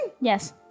Yes